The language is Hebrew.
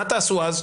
מה תעשו אז?